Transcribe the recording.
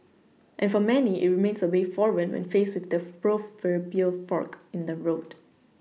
and for many it remains a way forward when faced with the proverbial fork in the road